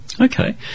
Okay